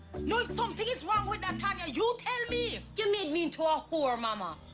now, if something is wrong with that, tanya, you tell me! you made me into a whore, momma!